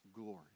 glory